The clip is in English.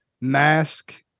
mask